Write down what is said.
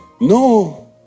No